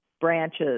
branches